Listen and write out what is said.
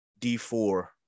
D4